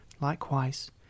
Likewise